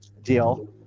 deal